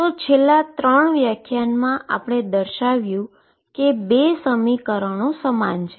તો છેલ્લા ત્રણ વ્યાખ્યાનમાં આપણે દર્શાવ્યું કે 2 સમીકરણો સમાન છે